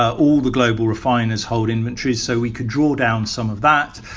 ah all the global refiners hold inventories, so we could draw down some of that.